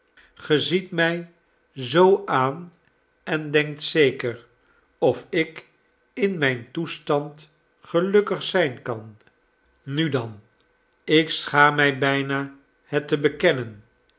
ge ziet mij zoo aan en denkt zeker of ik in mijn toestand gelukkig zijn kan nu dan ik schaam mij bijna het te